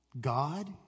God